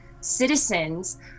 citizens